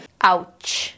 Ouch